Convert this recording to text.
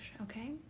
okay